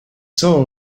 soul